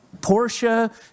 Porsche